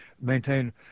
maintain